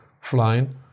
flying